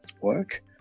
work